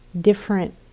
different